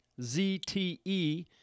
ZTE